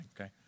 okay